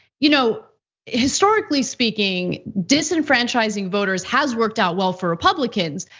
you know historically speaking, disenfranchising voters has worked out well for republicans.